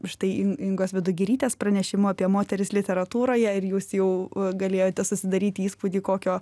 štai in ingos vidugirytės pranešimu apie moteris literatūroje ir jūs jau galėjote susidaryti įspūdį kokio